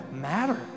matter